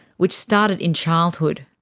which started in childhood.